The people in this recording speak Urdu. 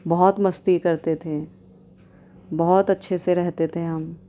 بہت مستی کرتے تھے بہت اچھے سے رہتے تھے ہم